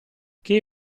che